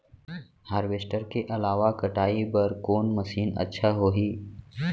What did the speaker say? Harvester के अलावा कटाई बर कोन मशीन अच्छा होही?